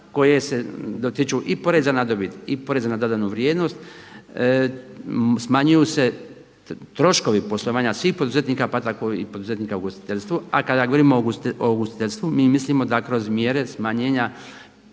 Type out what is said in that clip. koje se dotiču i poreza na dobit i poreza na dodanu vrijednost smanjuju se troškovi poslovanja svih poduzetnika pa tako i poduzetnika u ugostiteljstvu. A kada govorimo o ugostiteljstvu mi mislimo da kroz mjere smanjenja